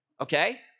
Okay